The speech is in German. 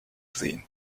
sehen